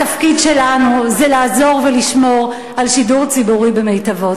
התפקיד שלנו זה לעזור ולשמור על שידור ציבורי במיטבו.